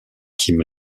kim